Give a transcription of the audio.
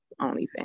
OnlyFans